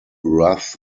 rough